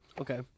Okay